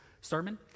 sermon